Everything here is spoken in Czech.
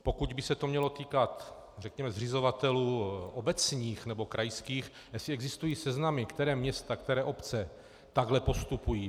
Pokud by se to mělo týkat, řekněme, zřizovatelů obecních nebo krajských, asi existují seznamy, která města, které obce takhle postupují.